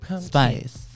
Spice